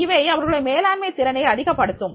இவை அவர்களுடைய மேலாண்மை திறனை அதிகப்படுத்தும்